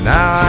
Now